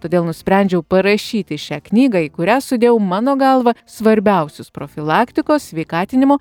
todėl nusprendžiau parašyti šią knygą į kurią sudėjau mano galva svarbiausius profilaktikos sveikatinimo